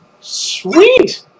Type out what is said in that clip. Sweet